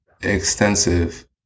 extensive